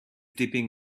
dipping